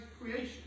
creation